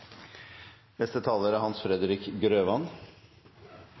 Neste taler er